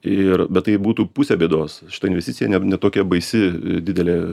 ir bet tai būtų pusė bėdos šita investicija ne tokia baisi didelė